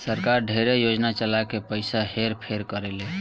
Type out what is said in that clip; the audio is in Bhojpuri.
सरकार ढेरे योजना चला के पइसा हेर फेर करेले